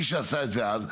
מי שעשה את זה אז,